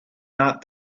not